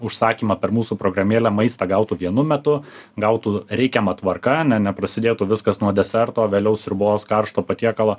užsakymą per mūsų programėlę maistą gautų vienu metu gautų reikiama tvarka ne neprasidėtų viskas nuo deserto vėliau sriubos karšto patiekalo